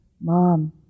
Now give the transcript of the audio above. Mom